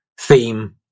theme